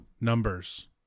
numbers